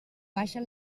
baixen